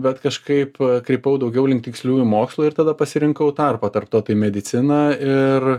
bet kažkaip krypau daugiau link tiksliųjų mokslų ir tada pasirinkau tarpą tarp to apie mediciną ir